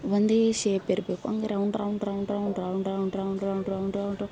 ಒಂದೇ ಶೇಪ್ ಇರಬೇಕು ಹಂಗೆ round round round round round round round round round round